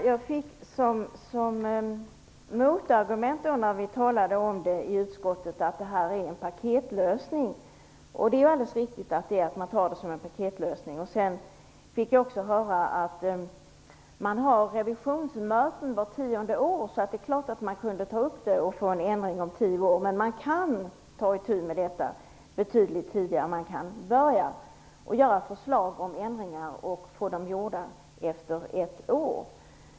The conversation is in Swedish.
Herr talman! När vi diskuterade detta i utskottet fick jag motargumentet att detta är en paketlösning. Det är alldeles riktigt. Jag fick också höra att man har revisionsmöten var tionde år, och man kan naturligtvis ta upp detta och få en ändring om tio år. Men man kan ta itu med detta betydligt tidigare. Man kan börja och utarbeta förslag till ändringar efter ett år.